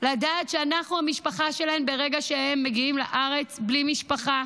לדעת שאנחנו המשפחה שלהם ברגע שהם מגיעים לארץ בלי משפחה,